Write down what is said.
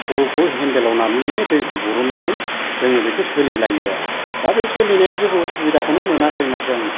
खलखौ हेन्देलाव नारनानै दैखौ बरननानै जोङो बेखौ सोलिलायो आरो दा बे सोलिनायाव जेबो उसुबिदाखौनो मोनाखै माथो आङो